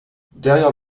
derrière